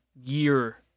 year